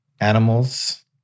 animals